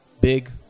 big